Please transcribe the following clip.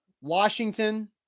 Washington